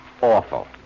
Awful